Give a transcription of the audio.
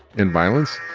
and violence